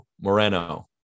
Moreno